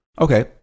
Okay